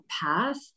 path